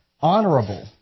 honorable